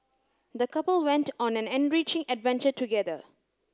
the couple went on an enriching adventure together